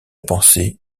pensée